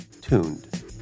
TUNED